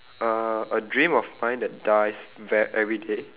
uh a dream of mine that dies ve~ everyday